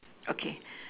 okay